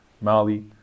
Mali